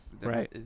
Right